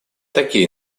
такие